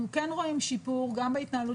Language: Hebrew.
אנחנו כן רואים שיפור גם בהתנהלות